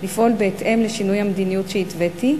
לפעול בהתאם לשינוי המדיניות שהתוויתי,